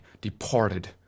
departed